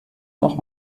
noch